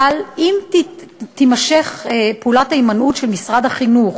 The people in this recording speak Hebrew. אבל אם תימשך פעולת ההימנעות של משרד החינוך